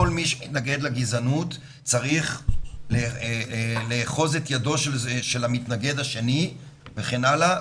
כל מי שמתנגד לגזענות צריך לאחוז את ידו של המתנגד השני וכן הלאה.